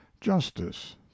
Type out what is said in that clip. justice